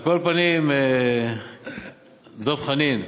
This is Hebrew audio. על כל פנים, דב חנין,